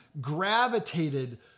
gravitated